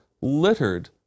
littered